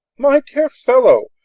my dear fellow,